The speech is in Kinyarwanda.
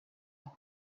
aho